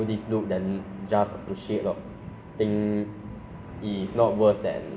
have a fit body lah you know want to grow taller grow uh bigger a bit muscular